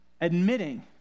admitting